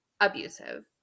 abusive